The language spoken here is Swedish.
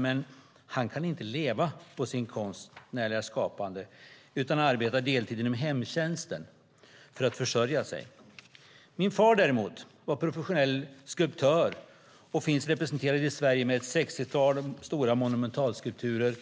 Men han kan inte leva på sitt konstnärliga skapande utan arbetar deltid inom hemtjänsten för att försörja sig. Min far var däremot professionell skulptör och finns representerad i Sverige med ett sextiotal monumentalskulpturer